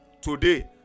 Today